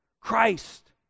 Christ